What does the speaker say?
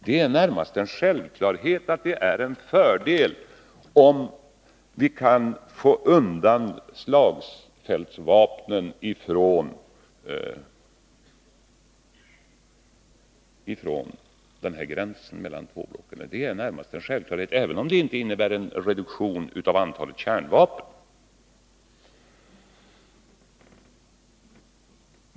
Det är närmast en självklarhet att det är en fördel om vi kan få undan slagfältsvapnen från gränsen mellan de två blocken, även om det inte innebär en reduktion av antalet kärnvapen.